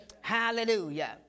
Hallelujah